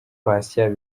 patient